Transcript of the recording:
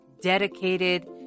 dedicated